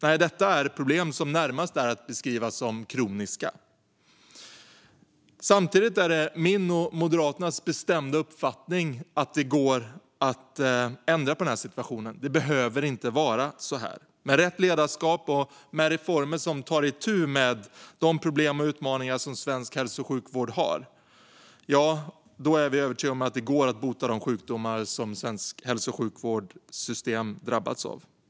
Nej, detta är problem som närmast är att beskriva som kroniska. Samtidigt är det min och Moderaternas bestämda uppfattning att det går att ändra på denna situation. Det behöver inte vara så här. Vi är övertygade om att det med rätt ledarskap och med reformer som tar itu med de problem och utmaningar som svensk hälso och sjukvård har går att bota de sjukdomar som det svenska hälso och sjukvårdssystemet drabbats av.